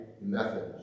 methods